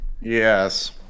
Yes